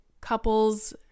couples